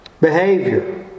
behavior